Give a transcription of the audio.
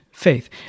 Faith